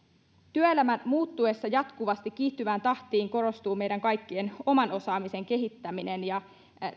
työelämän muuttuessa jatkuvasti kiihtyvään tahtiin korostuu meidän kaikkien oman osaamisen kehittäminen